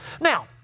Now